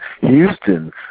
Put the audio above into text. Houston